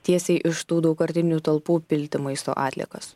tiesiai iš tų daugkartinių talpų pilti maisto atliekas